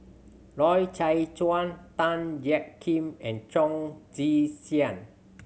Loy Chye Chuan Tan Jiak Kim and Chong Tze Chien